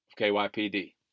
KYPD